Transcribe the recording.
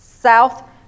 South